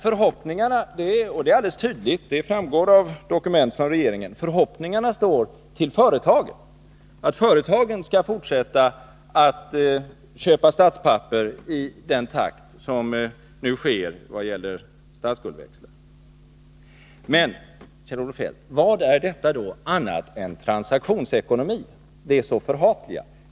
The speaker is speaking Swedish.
Förhoppningarna står alldeles tydligt, det framgår av dokument från regeringen, till att företagen skall fortsätta att köpa statspapper i den takt som nu sker i fråga om statsskuldsväxlar. Men, Kjell-Olof Feldt, vad är då detta annat än den så förhatliga transaktionsekonomin?